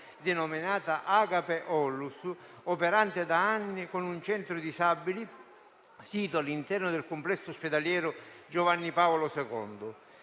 denominata Agape ONLUS, operante da anni con un centro disabili sito all'interno del complesso ospedaliero Giovanni Paolo II.